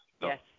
Yes